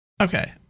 Okay